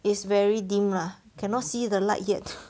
it's very dim lah cannot see the light yet